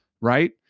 right